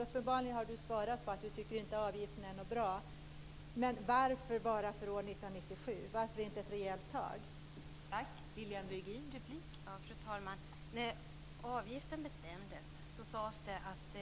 Uppenbarligen tycker Lilian Virgin inte att avgiften är bra, men varför tas den bort bara för år 1997 och inte för en längre tid?